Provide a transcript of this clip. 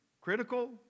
critical